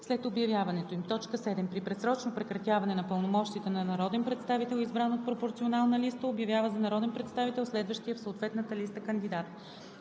след обявяването им; 7. при предсрочно прекратяване на пълномощията на народен представител, избран от пропорционална листа, обявява за народен представител следващия в съответната листа кандидат.